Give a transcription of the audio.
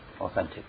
authentic